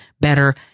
better